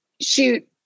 shoot